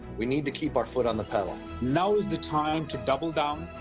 we need to keep our foot on the pedal. now is the time to double down,